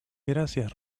gracias